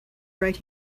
right